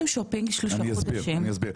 אני אסביר.